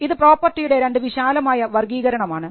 ഇത് പ്രോപ്പർട്ടിയുടെ രണ്ടു വിശാലമായ വർഗീകരണം ആണ്